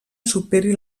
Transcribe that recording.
superi